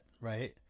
right